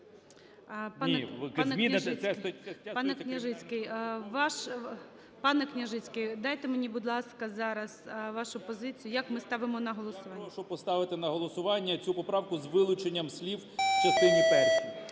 Пане Княжицький, дайте мені, будь ласка, зараз вашу позицію. Як ми ставимо на голосування? КНЯЖИЦЬКИЙ М.Л. Я прошу поставити на голосування цю поправку з вилученням слів "в частині першій".